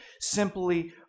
simply